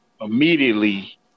immediately